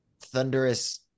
thunderous